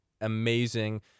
amazing